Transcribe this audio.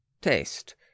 Taste